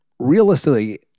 realistically